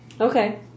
okay